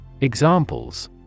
Examples